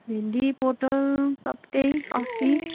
भिन्डी पोटल सब त्यही असी